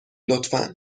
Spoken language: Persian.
لطفا